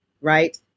right